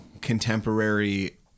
contemporary